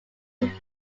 him